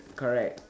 correct